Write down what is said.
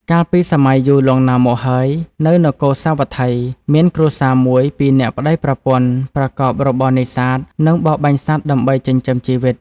កាលពីសម័យយូរលង់ណាស់មកហើយ នៅនគរសាវត្ថី មានគ្រួសារមួយ ពីរនាក់ប្តីប្រពន្ធ ប្រកបរបរនេសាទ និងបរបាញ់សត្វដើម្បីចិញ្ចឹមជីវិត ។